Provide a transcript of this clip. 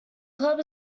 club